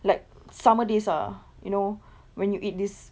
like summer days ah you know when you eat this